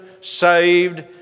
saved